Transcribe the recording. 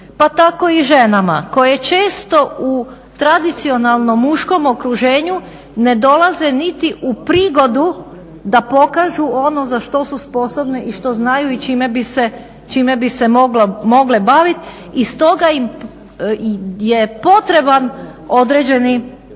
pa tako i ženama koje često u tradicionalnom muškom okruženju ne dolaze niti u prigodu da pokažu ono za što su sposobne i što znaju i čime bi se mogle baviti. I stoga im je potreban određeni poticaj.